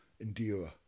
endure